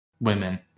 women